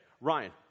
Ryan